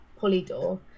Polydor